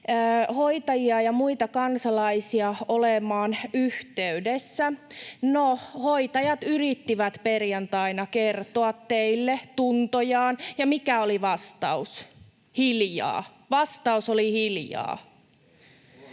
hoitajia ja muita kansalaisia olemaan yhteydessä. No, hoitajat yrittivät perjantaina kertoa teille tuntojaan, ja mikä oli vastaus? ”Hiljaa!” Vastaus oli: ”Hiljaa!”